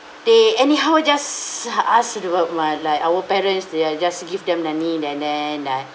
they anyhow just uh ask toward my like our parents they are just give them the need and then like